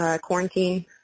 quarantine